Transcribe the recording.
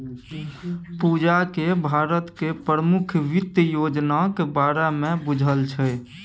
पूजाकेँ भारतक प्रमुख वित्त योजनाक बारेमे बुझल छै